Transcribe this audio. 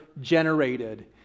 generated